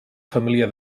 família